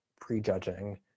prejudging